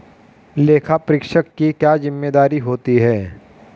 लेखापरीक्षक की क्या जिम्मेदारी होती है?